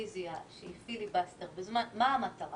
חבר הכנסת מיקי לוי בעת הדיון בהצעת חוק-יסוד: הכנסת (תיקון